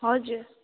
हजुर